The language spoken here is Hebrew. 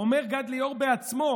אומר גד ליאור בעצמו,